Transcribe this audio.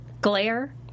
glare